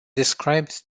described